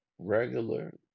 regular